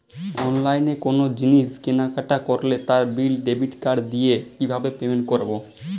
অনলাইনে কোনো জিনিস কেনাকাটা করলে তার বিল ডেবিট কার্ড দিয়ে কিভাবে পেমেন্ট করবো?